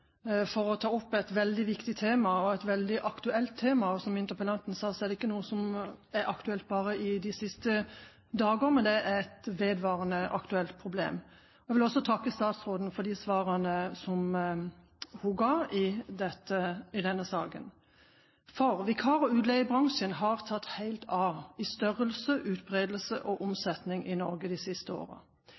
for å ta opp et veldig viktig og veldig aktuelt tema. Som interpellanten sa, er det ikke noe som har vært aktuelt bare i de siste dagene, men det er et vedvarende aktuelt problem. Jeg vil også takke statsråden for de svarene hun ga i saken. Vikar- og utleiebransjen har tatt helt av i størrelse, utbredelse og omsetning i Norge de siste